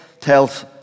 tells